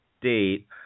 date